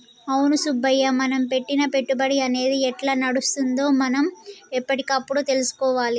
అవును సుబ్బయ్య మనం పెట్టిన పెట్టుబడి అనేది ఎట్లా నడుస్తుందో మనం ఎప్పటికప్పుడు తెలుసుకోవాలి